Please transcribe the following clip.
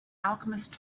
alchemist